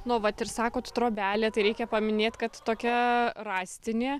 nu vat ir sakot trobelė tai reikia paminėt kad tokia rąstinė